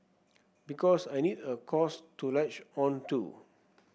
because I need a cause to latch on to